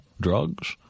drugs